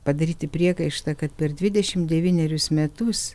padaryti priekaištą kad per dvidešimt devynerius metus